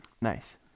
nice